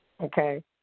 okay